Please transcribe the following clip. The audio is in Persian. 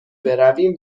برویم